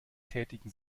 tätigen